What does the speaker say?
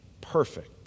perfect